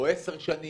או 10 שנים,